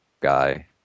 guy